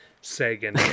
Sagan